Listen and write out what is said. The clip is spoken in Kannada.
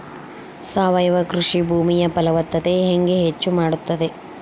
ಸಾವಯವ ಕೃಷಿ ಭೂಮಿಯ ಫಲವತ್ತತೆ ಹೆಂಗೆ ಹೆಚ್ಚು ಮಾಡುತ್ತದೆ?